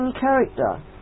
character